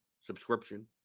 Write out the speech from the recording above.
subscription